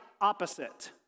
opposite